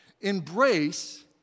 Embrace